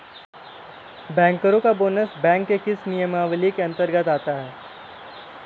बैंकरों का bonus bank के किस नियमावली के अंतर्गत आता है?